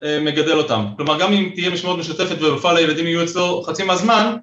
מגדל אותם, כלומר גם אם תהיה משמעות משותפת והופעה לילדים יהיו אצלו חצי מהזמן